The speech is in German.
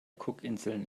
cookinseln